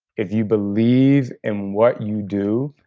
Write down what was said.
if you believe in what you do,